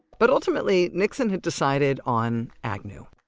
but ultimately, nixon had decided on agnew.